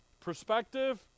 perspective